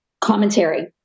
commentary